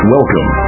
Welcome